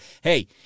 hey